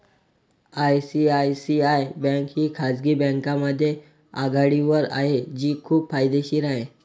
ICICI bank ही खाजगी बँकांमध्ये आघाडीवर आहे जी खूप फायदेशीर आहे